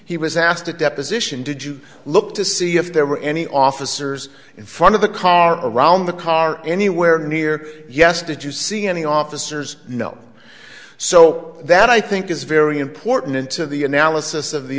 he was asked a deposition did you look to see if there were any officers in front of the car around the car anywhere near yes did you see any officers know so that i think is very important to the analysis of the